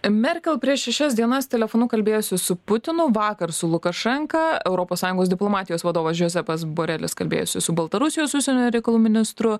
merkel prieš šešias dienas telefonu kalbėjosi su putinu vakar su lukašenka europos sąjungos diplomatijos vadovas džozefas borelis kalbėjosi su baltarusijos užsienio reikalų ministru